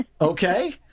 okay